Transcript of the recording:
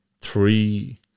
three